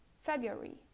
February